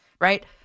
right